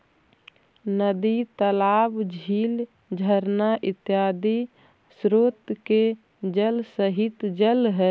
नदी तालाब, झील झरना इत्यादि स्रोत के जल सतही जल हई